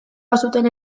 bazuten